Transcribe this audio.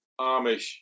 Amish